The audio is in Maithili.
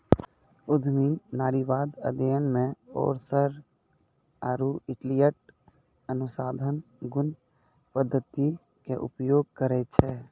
उद्यमी नारीवाद अध्ययन मे ओरसर आरु इलियट अनुसंधान गुण पद्धति के उपयोग करै छै